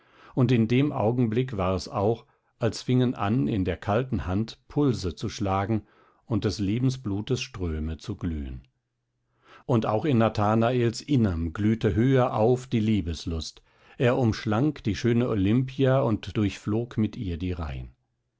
und in dem augenblick war es auch als fingen an in der kalten hand pulse zu schlagen und des lebensblutes ströme zu glühen und auch in nathanaels innerm glühte höher auf die liebeslust er umschlang die schöne olimpia und durchflog mit ihr die reihen